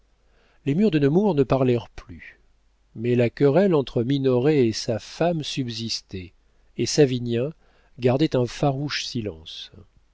les murs de nemours ne parlèrent plus mais la querelle entre minoret et sa femme subsistait et savinien gardait un farouche silence